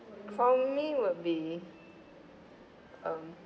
for me would be um